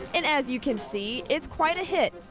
and as you can see, it's quite a hit,